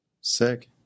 Sick